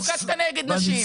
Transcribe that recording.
חוקקתם נגד נשים.